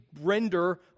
render